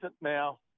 now